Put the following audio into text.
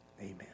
Amen